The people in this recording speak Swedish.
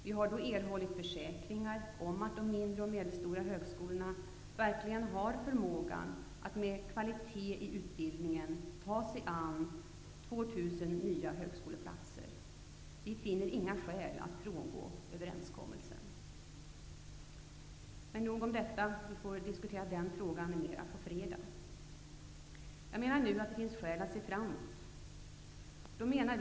Vi har då erhållit försäkringar om att de mindre och medelstora högskolorna verkligen har förmågan att med kvalitet i utbildningen ta sig an 2 000 nya högskolestuderande. Vi finner inga skäl att frångå överenskommelsen. Nog om detta - vi får diskutera den frågan mer på fredag. Jag menar att det finns skäl att se framåt.